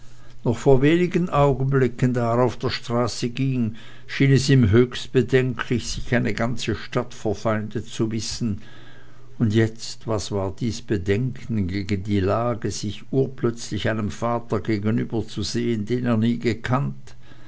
noch vor wenig augenblicken da er auf der straße ging schien es ihm höchst bedenklich sich eine ganze stadt verfeindet zu wissen und jetzt was war dies bedenken gegen die lage urplötzlich sich einem vater gegenüber zu sehen den er nie gekannt